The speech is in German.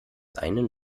einen